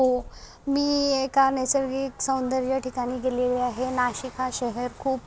हो मी एका नैसर्गिक सौंदर्य ठिकाणी गेलेली आहे नाशिक हा शहर खूप